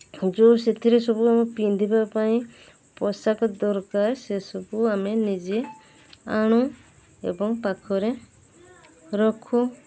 ଯେଉଁ ସେଥିରେ ସବୁ ଆମେ ପିନ୍ଧିବା ପାଇଁ ପୋଷାକ ଦରକାର ସେସବୁ ଆମେ ନିଜେ ଆଣୁ ଏବଂ ପାଖରେ ରଖୁ